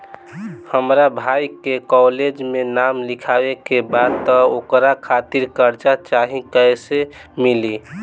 हमरा भाई के कॉलेज मे नाम लिखावे के बा त ओकरा खातिर कर्जा चाही कैसे मिली?